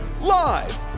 Live